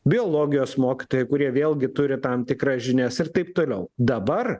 biologijos mokytojai kurie vėlgi turi tam tikras žinias ir taip toliau dabar